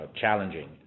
challenging